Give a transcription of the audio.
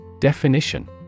Definition